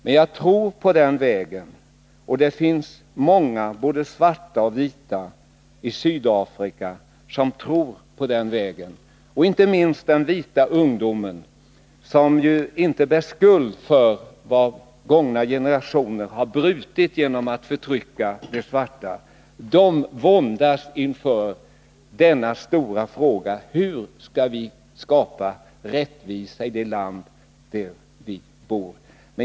Men jag tror på den här vägen, och det finns många — både svarta och vita — i Sydafrika som tror på den. Inte minst den vita ungdomen — som ju inte har skuld i vad gångna generationer har brutit genom att förtrycka de svarta — våndas inför denna stora fråga: Hur skall vi skapa rättvisa i det land där vi bor?